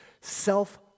self